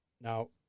now